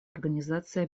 организацией